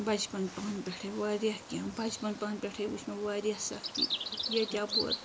بچپن پانہٕ پٮ۪ٹھٕے واریاہ کیٚنٛہہ بچپن پانہٕ پٮ۪ٹھٕے وٕچھ مےٚ واریاہ سختی ییٚتہِ یَپور